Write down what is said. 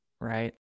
right